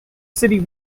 city